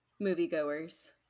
moviegoers